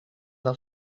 del